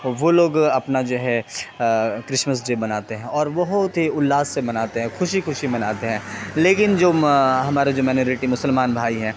وہ لوگ اپنا جو ہے کرسمس ڈے مناتے ہیں اور بہت ہی الاس سے مناتے ہیں خوشی خوشی مناتے ہیں لیکن جو ہمارا جو مینارٹی مسلمان بھائی ہیں